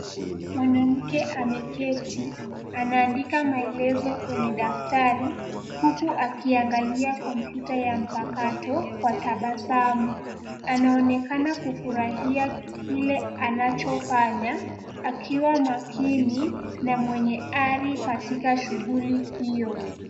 Mwanamke ameketi, anaandika maelezo kwenye daftari, huku akiangali kompyuta ya mpakato, kwa tabasamu. Anaonekana kufurahia kile anachofanya, akiwa makini, na mwenye ari katika shughuli hiyo.